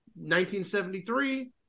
1973